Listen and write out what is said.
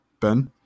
Ben